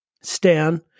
Stan